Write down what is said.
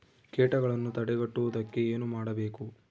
ಕೇಟಗಳನ್ನು ತಡೆಗಟ್ಟುವುದಕ್ಕೆ ಏನು ಮಾಡಬೇಕು?